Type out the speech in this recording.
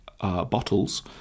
bottles